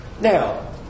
Now